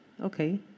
okay